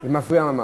זה מפריע ממש.